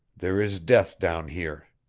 there is death down here.